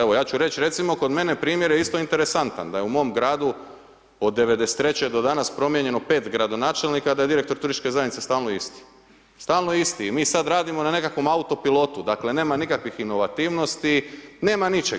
Evo ja ću reč recimo kod mene primjer je isto interesantan, da je u mom gradu od '93. do danas promijenjeno 5 gradonačelnika, a da je direktor turističke zajednice stalno isti, stalno isti i mi sad radimo na nekom autopilotu, dakle nema nikakvih inovativnosti, nema ničeg.